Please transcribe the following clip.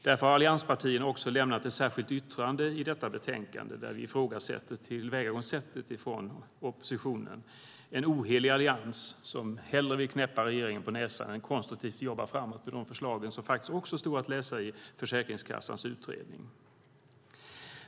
Därför har allianspartierna också lämnat ett särskilt yttrande i detta betänkande där vi ifrågasätter tillvägagångssättet från oppositionen. Det är en ohelig allians som hellre vill knäppa regeringen på näsan än konstruktivt jobba framåt med de förslag som också stod att läsa om i Försäkringskassans utredning.